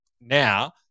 now